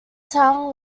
tang